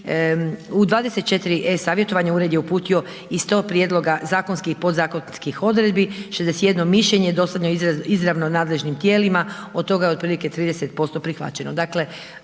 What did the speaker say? u 24 e-savjetovanja Ured je uputio i 100 prijedloga zakonskih i podzakonskih odredbi, 61 mišljenje, …/Govornik se ne razumije./… izravno nadležnim tijelima, od toga je otprilike 30% prihvaćeno.